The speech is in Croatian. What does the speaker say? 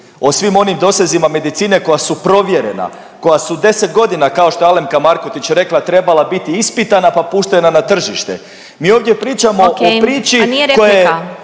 o svim onim dosezima medicine koja su provjerena, koja su deset godina kao što je Alemka Markotić rekla trebala biti ispitana, pa puštena na tržište. Mi ovdje pričamo o priči koja